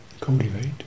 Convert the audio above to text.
cultivate